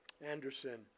Anderson